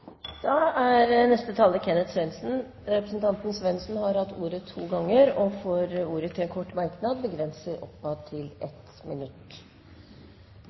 har hatt ordet to ganger og får ordet til en kort merknad, begrenset til 1 minutt.